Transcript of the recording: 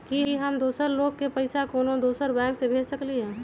कि हम दोसर लोग के पइसा कोनो दोसर बैंक से भेज सकली ह?